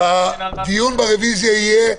כואב.